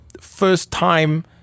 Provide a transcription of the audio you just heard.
first-time